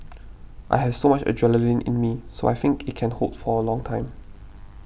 I have so much adrenaline in me so I think it can hold for a long time